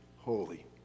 holy